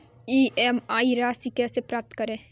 EMI राशि कैसे पता करें?